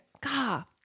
God